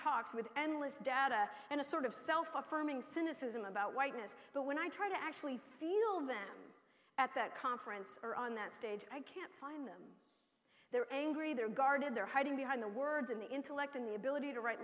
talks with endless data and a sort of self affirming cynicism about whiteness but when i try to actually feel them at that conference or on that stage i can't find the they're angry they're guarded they're hiding behind the words of the intellect and the ability to write